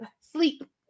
sleep